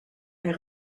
est